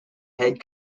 head